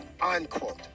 unquote